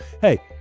hey